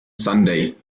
sunday